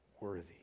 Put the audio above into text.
worthy